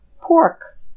pork